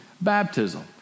baptism